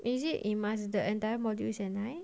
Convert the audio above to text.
is it a must the entire module is at night